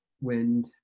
wind